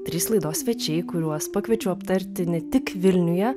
trys laidos svečiai kuriuos pakviečiau aptarti ne tik vilniuje